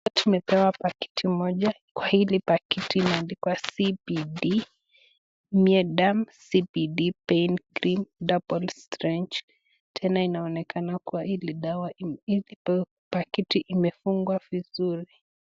Hpa tumepewa pakiti moja, kwa hili pakiti imeandikwa CBD , myaderm ,CBD PAIN CREAM , Double strength .Tena inaonekana kwa hili dawa, hili pakiti imefungwa vizuri.